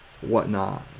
whatnot